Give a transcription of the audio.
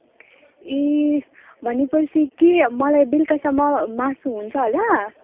ए भनेपछि के मलाई बेलुकासम्म मासु हुन्छ होला